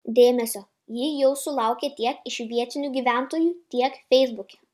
dėmesio ji jau sulaukė tiek iš vietinių gyventojų tiek feisbuke